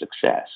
success